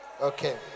Okay